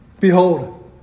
Behold